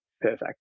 perfect